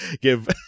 give